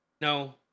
No